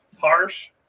harsh